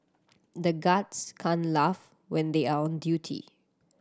the guards can't laugh when they are on duty